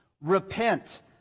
Repent